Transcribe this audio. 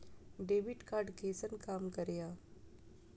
Debit card कैसन काम करेया?